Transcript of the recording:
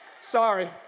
Sorry